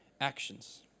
actions